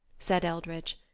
said eldridge,